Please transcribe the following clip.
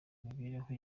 imibereho